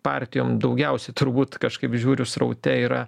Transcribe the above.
partijom daugiausiai turbūt kažkaip žiūriu sraute yra